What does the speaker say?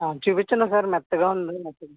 చూపించ్చండి ఒకసారి మెత్తగా ఉంది నాకు